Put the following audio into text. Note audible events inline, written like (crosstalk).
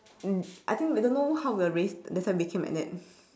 (noise) I think we don't know how we're raised that's why became like that